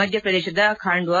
ಮಧ್ಯಪ್ರದೇಶದ ಬಾಂಡ್ವಾ